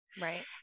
Right